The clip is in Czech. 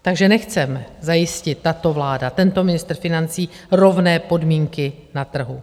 Takže nechce zajistit tato vláda, tento ministr financí rovné podmínky na trhu.